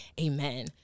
Amen